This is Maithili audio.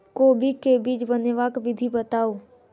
कोबी केँ बीज बनेबाक विधि बताऊ?